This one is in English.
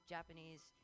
Japanese